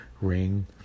ring